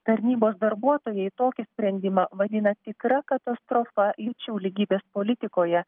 tarnybos darbuotojai tokį sprendimą vadina tikra katastrofa lyčių lygybės politikoje